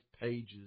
pages